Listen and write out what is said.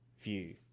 view